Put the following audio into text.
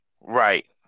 right